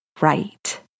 right